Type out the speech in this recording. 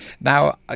Now